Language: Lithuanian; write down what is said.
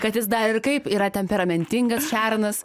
kad jis dar ir kaip yra temperamentingas šernas